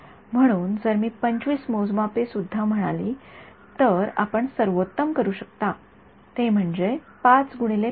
म्हणून जर मी २५ मोजमापेसुद्धा म्हणाली तर आपण सर्वोत्तम करू शकता ते म्हणजे ५ x ५